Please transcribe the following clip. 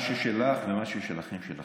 מה ששלך שלך, מה ששלכם שלכם.